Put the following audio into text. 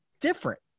different